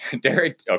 Derek